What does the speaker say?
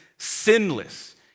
sinless